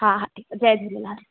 हा हा ठीकु आहे जय झूलेलाल